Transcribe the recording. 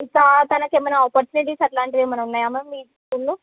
ఇంకా తనకు ఏమన్నా ఆపర్చునిటీస్ అట్లాంటివి ఏమన్నా ఉన్నాయా మ్యామ్ మీ స్కూల్లో